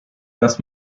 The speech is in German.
dass